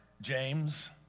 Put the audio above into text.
James